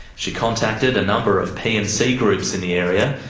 she contacted a number of p and c groups in the area,